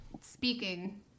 speaking